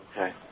Okay